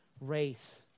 race